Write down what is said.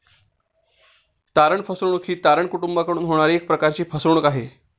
तारण फसवणूक ही तारण कुटूंबाकडून होणारी एक प्रकारची फसवणूक आहे